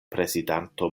prezidanto